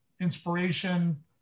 inspiration